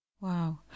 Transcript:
Wow